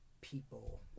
people